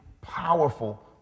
powerful